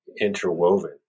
interwoven